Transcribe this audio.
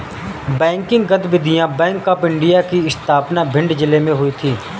banking गतिविधियां bank of India की स्थापना भिंड जिले में हुई थी